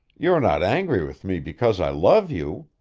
you are not angry with me because i love you?